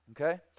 okay